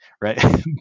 right